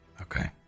okay